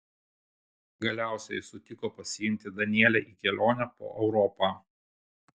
galiausiai jis sutiko pasiimti danielę į kelionę po europą